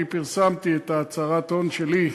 אני פרסמתי את הצהרת ההון שלי,